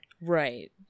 Right